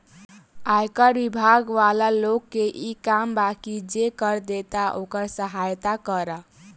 आयकर बिभाग वाला लोग के इ काम बा की जे कर देता ओकर सहायता करऽ